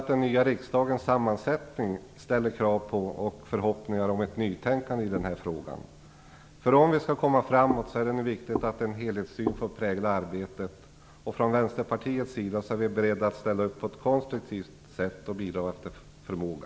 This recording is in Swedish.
Den nya riksdagens sammansättning ställer krav på och förhoppningar om ett nytänkande i denna fråga. Om vi skall komma framåt i denna viktiga fråga är det nu viktigt att en helhetssyn får prägla arbetet. Från vänsterpartiets sida är vi beredda att ställa upp på ett konstruktivt sätt och att bidra efter förmåga.